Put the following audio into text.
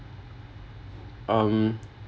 um